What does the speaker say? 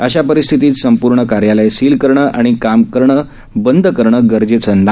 अशा परिस्थितीत पूर्ण कार्यालय सील करणं आणि कामं बंद करणं गरजेचं नाही